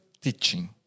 teaching